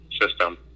system